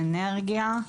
אנרגיה,